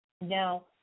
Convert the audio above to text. Now